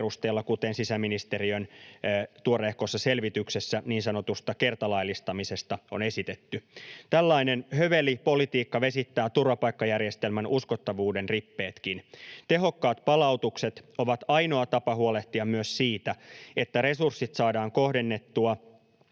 kuten sisäministeriön tuoreehkossa selvityksessä niin sanotusta kertalaillistamisesta on esitetty. Tällainen höveli politiikka vesittää turvapaikkajärjestelmän uskottavuuden rippeetkin. Tehokkaat palautukset ovat ainoa tapa huolehtia myös siitä, että resurssit saadaan kohdennettua